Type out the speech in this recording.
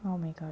oh my god